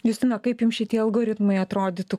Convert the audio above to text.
justino kaip jums šitie algoritmai atrodytų